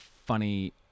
funny